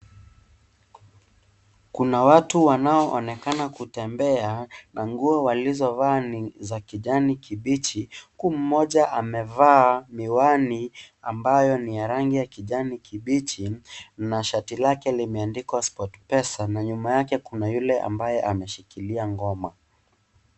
Kuna watu wanaonekana kutembea na nguo walizovaa ni za kijani kibichi, huku mmoja amevaa miwani ambayo ni ya rangi ya kijani kibichi na shati lake limeandikwa "Sportpesa" na nyuma yake kuna yule ambaye ameshikilia ngoma.